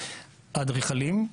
האדריכלים,